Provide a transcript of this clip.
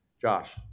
Josh